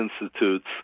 institutes